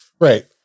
Right